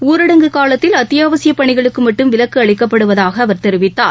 ஊரடங்கு காலத்தில் அத்தியாவசிய பணிகளுக்கு மட்டும் விலக்கு அளிக்கப்படுவதாக அவர் தெரிவித்தார்